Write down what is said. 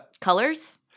Colors